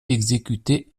exécutée